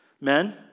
Men